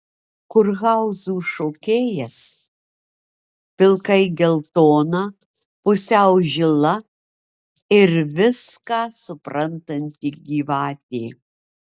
kurhauzų šokėjas pilkai geltona pusiau žila ir viską suprantanti gyvatė